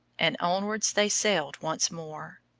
and onwards they sailed once more.